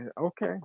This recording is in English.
Okay